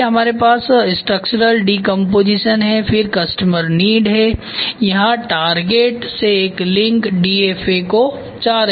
इसलिए हमारे पास स्ट्रक्चरल डिकम्पोजिशन है फिर कस्टमर नीड्सहै यहाँ टारगेट से एक लिंक DFA को जा रही है